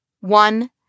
One